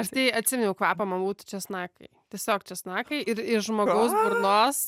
aš tai atsiminiau kvapą man būtų česnakai tiesiog česnakai ir iš žmogaus burnos